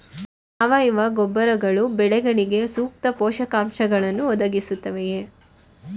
ಸಾವಯವ ಗೊಬ್ಬರಗಳು ಬೆಳೆಗಳಿಗೆ ಸೂಕ್ತ ಪೋಷಕಾಂಶಗಳನ್ನು ಒದಗಿಸುತ್ತವೆಯೇ?